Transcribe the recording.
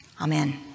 Amen